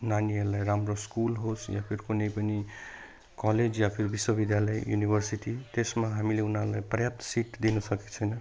नानीहरूलाई राम्रो स्कुल होस् वा फिर कुनै पनि कलेज वा फिर विश्वविद्यालय युनिभर्सिटी त्यसमा हामीले उनीहरूलाई पर्याप्त सिट दिनु सकेको छैन